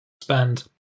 spend